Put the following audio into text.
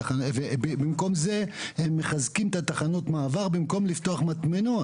במקום זה הם מחזקים את תחנות המעבר במקום לפתוח מטמנות.